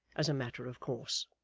as a matter of course.